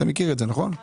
למה